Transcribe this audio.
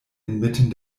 inmitten